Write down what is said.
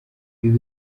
ibi